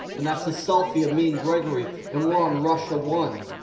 and that's a selfie of me and grigory and we're on russia one.